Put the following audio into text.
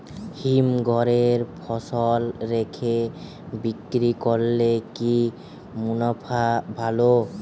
হিমঘরে ফসল রেখে বিক্রি করলে কি মুনাফা ভালো?